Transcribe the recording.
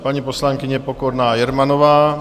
Paní poslankyně Pokorná Jermanová.